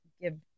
give